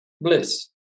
bliss